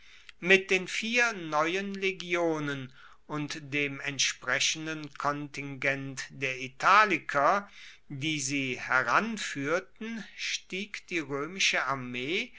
mit den vier neuen legionen und dem entsprechenden kontingent der italiker die sie heranfuehrten stieg die roemische armee